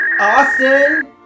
Austin